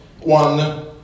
one